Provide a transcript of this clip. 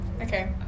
Okay